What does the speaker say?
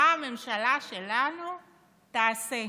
מה הממשלה שלנו תעשה.